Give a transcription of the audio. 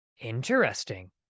Interesting